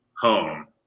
home